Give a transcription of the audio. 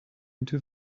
into